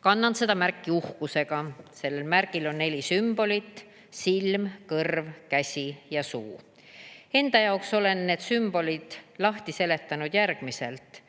Kannan seda märki uhkusega. Sellel märgil on neli sümbolit: silm, kõrv, käsi ja suu. Enda jaoks olen need sümbolid lahti seletanud järgmiselt: